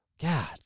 God